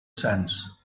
sands